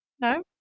No